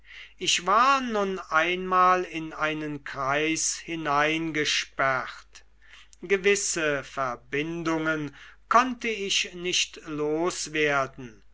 ich war nun einmal in einen kreis hineingesperrt gewisse verbindungen konnte ich nicht loswerden